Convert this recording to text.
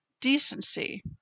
decency